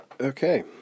Okay